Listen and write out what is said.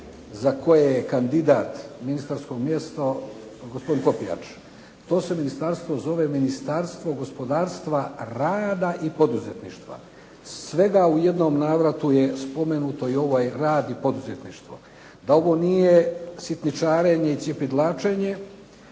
za koje je kandidat ministarsko mjesto gospodin Popijač. To se ministarstvo zove Ministarstvo gospodarstva, rada i poduzetništva. Svega u jednom navratu je spomenuto ovaj rad i poduzetništvo. Da ovo nije sitničarenje i cjepidlačenje